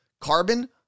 Carbon